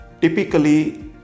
Typically